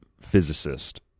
physicist